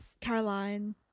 Caroline